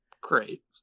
Great